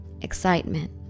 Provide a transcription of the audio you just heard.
excitement